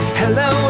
hello